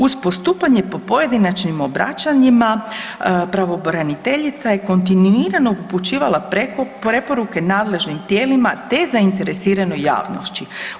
Uz postupanje po pojedinačnim obraćanjima pravobraniteljica je kontinuirano upućivala preporuke nadležnim tijelima te zainteresiranoj javnosti.